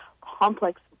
complex